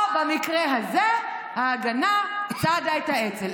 או במקרה הזה, ההגנה צדה את האצ"ל.